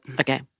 Okay